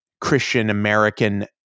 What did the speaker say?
Christian-American